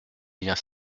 liens